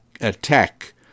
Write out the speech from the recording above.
attack